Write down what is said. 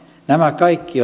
nämä kaikki